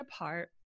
apart